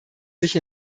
sich